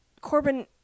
Corbin